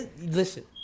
listen